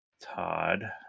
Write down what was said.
Todd